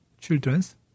children's